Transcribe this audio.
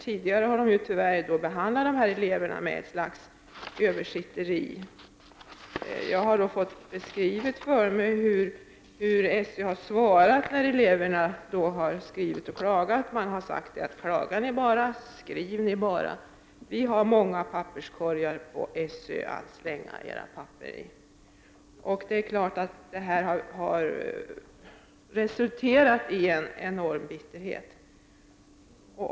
Tidigare har SÖ behandlat dessa elever med ett slags översitteri. Jag har fått beskrivet för mig hur skolöverstyrelsen har svarat när eleverna har skrivit och klagat. Man har sagt: Klaga och skriv ni bara, vi har många papperskorgar på skolöverstyrelsen att slänga era papper i! Det är klart att sådant resulterar i enorm bitterhet.